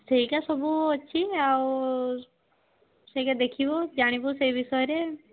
ସେଇଗା ସବୁ ଅଛି ଆଉ ସେଇଗା ଦେଖିବୁ ଜାଣିବୁ ସେଇ ବିଷୟରେ